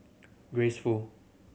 Grace Fu